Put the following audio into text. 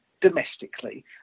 domestically